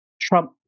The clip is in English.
Trump